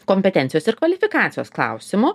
kompetencijos ir kvalifikacijos klausimu